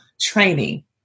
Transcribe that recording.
training